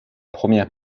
première